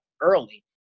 early